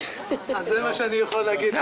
זה מה שאני יכול להגיד.